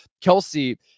Kelsey